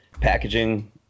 packaging